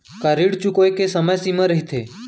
का ऋण चुकोय के समय सीमा रहिथे?